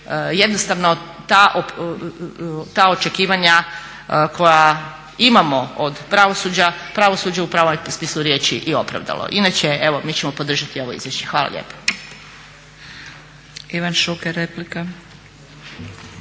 kako bi ta očekivanja koja imamo od pravosuđa, pravosuđe u pravom smislu riječi i opravdalo. Inače mi ćemo podržati ovo izvješće. Hvala lijepa.